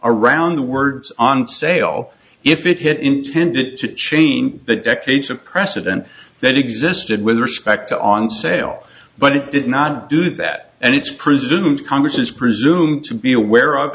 around the words on sale if it hit intended to change the decades of precedent that existed with respect to on sale but it did not do that and it's presumed congress is presumed to be aware of